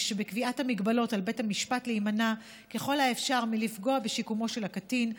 שבקביעת המגבלות על בית המשפט להימנע ככל האפשר מלפגוע בשיקומו של הקטין.